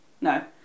No